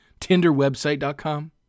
Tinderwebsite.com